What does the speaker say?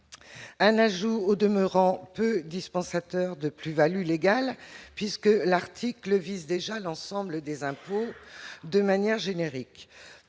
un ajout au demeurant peu dispensateur de plus-values légal puisque l'article vise déjà l'ensemble des impôts de manière générique